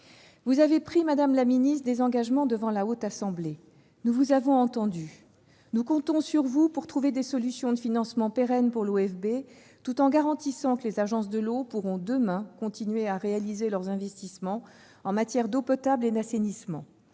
Vous avez pris, madame la secrétaire d'État, des engagements devant la Haute Assemblée. Nous vous avons entendue. Nous comptons sur vous pour trouver des solutions de financement pérennes pour l'OFB, tout en permettant aux agences de l'eau de réaliser leurs investissements en matière d'eau potable et d'assainissement.